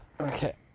Okay